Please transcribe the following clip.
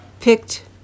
picked